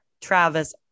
Travis